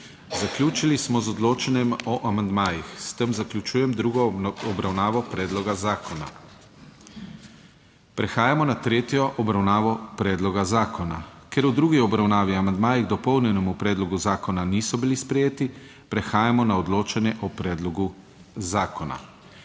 Zaključili smo z odločanjem o amandmajih. S tem zaključujem drugo obravnavo predloga zakona. Prehajamo na **tretjo obravnavo** predloga zakona. Ker v drugi obravnavi amandmaji k dopolnjenemu predlogu zakona niso bili sprejeti, prehajamo na odločanje o predlogu zakona.